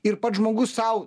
ir pats žmogus sau